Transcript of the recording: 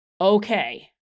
Okay